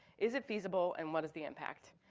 is it feasible and what is the impact?